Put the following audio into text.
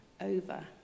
over